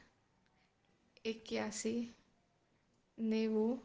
એક્યાસી નેવું